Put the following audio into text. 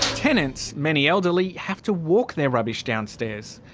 tenants many elderly have to walk their rubbish downstairs.